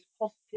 positive